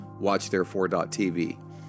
watchtherefore.tv